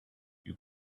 you